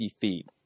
feet